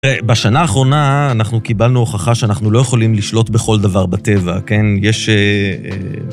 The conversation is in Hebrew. בשנה האחרונה, אנחנו קיבלנו הוכחה שאנחנו לא יכולים לשלוט בכל דבר בטבע, כן? יש...